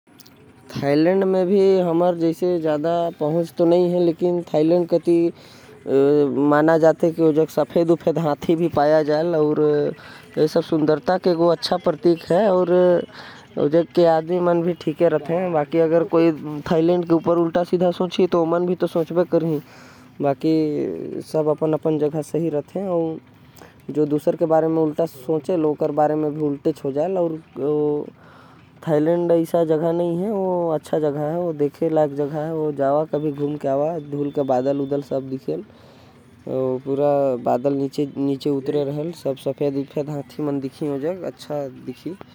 थाईलैंड म भी हमर कोई पहुच नही हवे। लेकिन ए पता है कि वहा सफेद हाथी मिलथे। अउ बहुत सुंदर जगह हवे। बाकी कोनो दिक्कत नही हवे। जावा घूम के आवा अच्छा देश हवे। अउ बहुत सुंदर हवे।